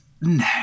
no